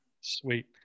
Sweet